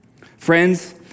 Friends